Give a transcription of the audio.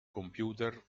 computer